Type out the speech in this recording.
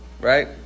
right